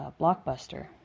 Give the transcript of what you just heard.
blockbuster